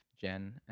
Jen